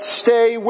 stay